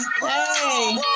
Hey